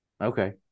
Okay